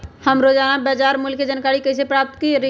हम रोजाना बाजार मूल्य के जानकारी कईसे पता करी?